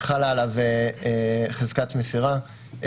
חלה עליו חזקת מסירה,